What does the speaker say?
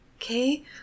okay